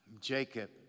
Jacob